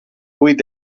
vuit